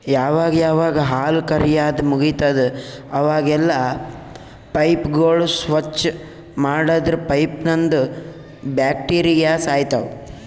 ಯಾವಾಗ್ ಯಾವಾಗ್ ಹಾಲ್ ಕರ್ಯಾದ್ ಮುಗಿತದ್ ಅವಾಗೆಲ್ಲಾ ಪೈಪ್ಗೋಳ್ ಸ್ವಚ್ಚ್ ಮಾಡದ್ರ್ ಪೈಪ್ನಂದ್ ಬ್ಯಾಕ್ಟೀರಿಯಾ ಸಾಯ್ತವ್